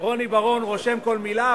רוני בר-און רושם כל מלה,